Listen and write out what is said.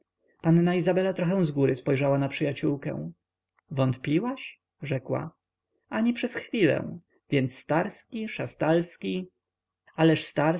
panna izabela trochę zgóry spojrzała na przyjaciółkę wątpiłaś rzekła ani przez chwilę więc starski szastalski ależ starski